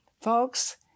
Folks